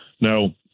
Now